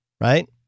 right